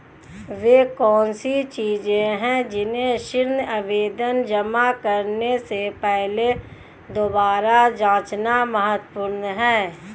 वे कौन सी चीजें हैं जिन्हें ऋण आवेदन जमा करने से पहले दोबारा जांचना महत्वपूर्ण है?